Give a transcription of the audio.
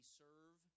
serve